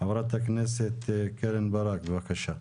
חברת הכנסת קרן ברק, בבקשה.